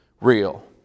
real